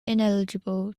ineligible